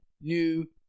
new